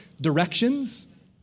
directions